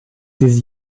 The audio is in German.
diese